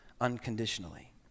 unconditionally